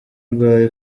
urwaye